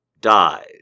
died